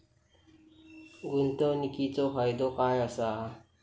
गुंतवणीचो फायदो काय असा?